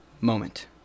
moment